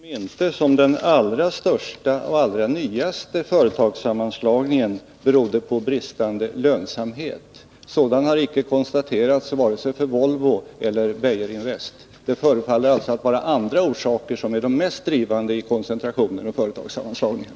Herr talman! Det förefaller mig inte som om den allra största och allra nyaste företagssammanslagningen berodde på bristande lönsamhet. Sådan har icke konstaterats vare sig för Volvo eller för Beijerinvest. Det förefaller alltså vara andra orsaker som är de mest drivande i koncentrationen och företagssammanslagningen.